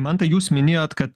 mantai jūs minėjote kad